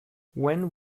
when